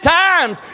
times